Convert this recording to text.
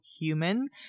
human